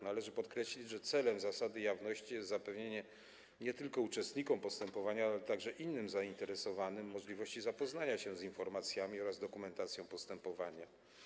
Należy podkreślić, że celem zasady jawności jest zapewnienie nie tylko uczestnikom postępowania, ale także innym zainteresowanym możliwości zapoznania się z informacjami oraz dokumentacją postępowania.